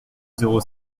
zéro